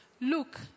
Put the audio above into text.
look